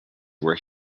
were